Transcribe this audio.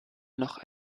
noch